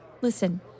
Listen